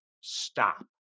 stop